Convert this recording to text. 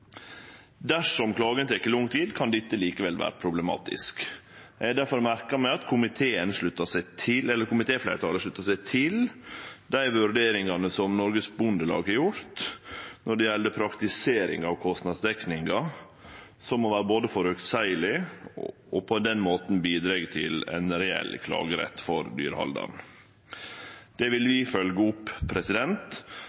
Dersom klagen tek lang tid, kan dette likevel vere problematisk. Eg har difor merka meg at komitéfleirtalet har slutta seg til vurderingane som Norges Bondelag har gjort når det gjeld praktisering av kostnadsdekninga, som må vere føreseieleg og på den måten bidra til ein reell klagerett for dyrehaldaren. Det vil